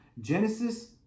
Genesis